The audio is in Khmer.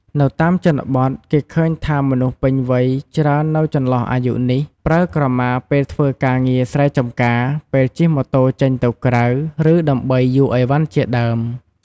នៅតាមជនបទ គេឃើញថាមនុស្សពេញវ័យច្រើននៅចន្លោះអាយុនេះ ប្រើក្រមាពេលធ្វើការងារស្រែចម្ការ ពេលជិះម៉ូតូចេញទៅក្រៅ ឬ ដើម្បីយួរឥវ៉ាន់ជាដើម។